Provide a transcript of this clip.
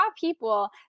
people